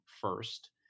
first